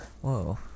Whoa